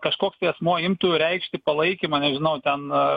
kažkoks tai asmuo imtų reikšti palaikymą nežinau ten